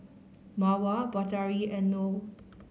Mawar Batari and Noh